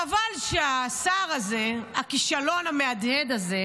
חבל שהשר הזה, הכישלון המהדהד הזה,